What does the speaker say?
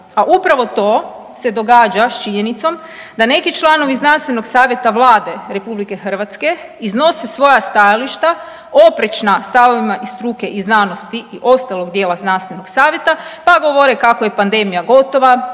A upravo to se događa s činjenicom da neki članovi znanstvenog savjeta Vlade RH iznose svoja stajališta oprečna stavovima i struke i znanosti i ostalog dijela znanstvenog savjeta pa govore kako je pandemija gotova